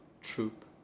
troop